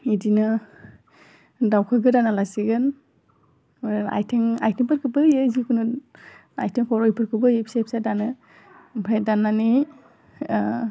इदिनो दावखौ गोदाना लासिगोन ओमफाय आइथें आइथेंफोरखौबो होयो जिखुनु आइथें खर' इफोरखौबो होयो फिसा फिसा दानो ओमफाय दान्नानै ओह